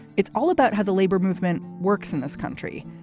it's all about how the labor movement works in this country.